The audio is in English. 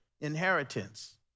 inheritance